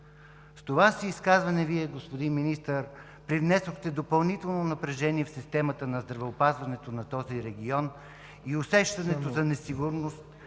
С това си изказване Вие, господин Министър, привнесохте допълнително напрежение в системата на здравеопазването на този регион и усещането за несигурност